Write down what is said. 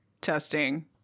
Testing